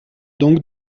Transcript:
donc